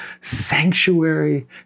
sanctuary